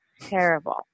Terrible